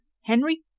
Henry